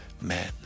men